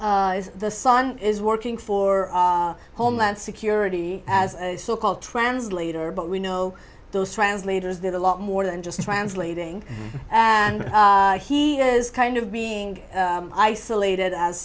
the son is working for homeland security as a so called translator but we know those translators did a lot more than just translating and he was kind of being isolated as